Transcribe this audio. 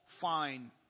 fine